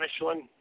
Michelin